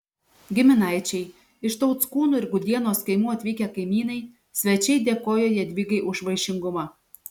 giminaičiai iš tauckūnų ir gudienos kaimų atvykę kaimynai svečiai dėkojo jadvygai už vaišingumą